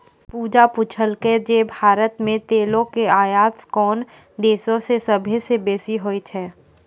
पूजा पुछलकै जे भारत मे तेलो के आयात कोन देशो से सभ्भे से बेसी होय छै?